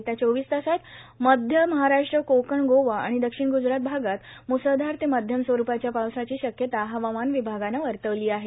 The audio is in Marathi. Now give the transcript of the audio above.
येत्या चोवीस तासात मध्य महाराष्ट्र कोकण गोवा आणि दक्षिण ग्जरात भागात म्सळधार ते मध्यम स्वरूपाच्या पावसाची शक्यता हवामान विभागानं वर्तवली आहे